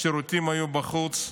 השירותים היו בחוץ.